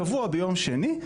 קבוע ביום שני,